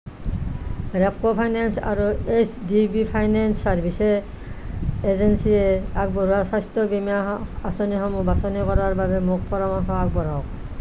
Repco finance আৰু H D B finance services এজেঞ্চিয়ে আগবঢ়োৱা স্বাস্থ্য বীমা আঁচনিসমূহ বাছনি কৰাৰ বাবে মোক পৰামৰ্শ আগবঢ়াওক